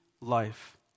life